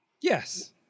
Yes